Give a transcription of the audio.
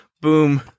Boom